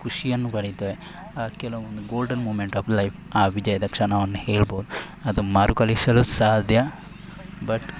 ಖುಷಿಯನ್ನು ಪಡೀತೇವೆ ಆ ಕೆಲವೊಂದು ಗೋಲ್ಡನ್ ಮೂಮೆಂಟ್ ಆಪ್ ಲೈಫ್ ಆ ವಿಜಯದ ಕ್ಷಣವನ್ನ ಹೇಳ್ಬೋದು ಅದು ಮರುಕಳಿಸಲು ಸಾಧ್ಯ ಬಟ್